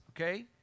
okay